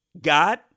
God